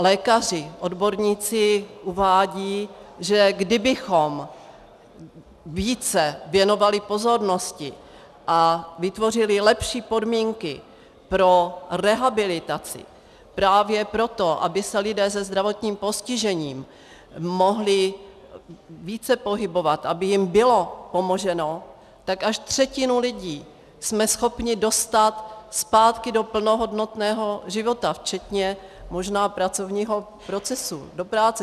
Lékaři, odborníci, uvádějí, že kdybychom věnovali více pozornosti a vytvořili lepší podmínky pro rehabilitaci právě proto, aby se lidé se zdravotním postižením mohli více pohybovat, aby jim bylo pomoženo, tak až třetinu lidí jsme schopni dostat zpátky do plnohodnotného života včetně možná pracovního procesu, do práce.